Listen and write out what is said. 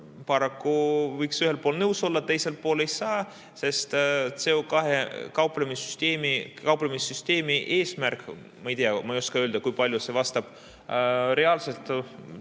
paraku võiks ühelt poolt nõus olla, aga teiselt poolt ei saa, sest CO2‑ga kauplemise süsteemi eesmärk, ma ei tea, ma ei oska öelda, kui palju see vastab reaalselt